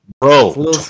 Bro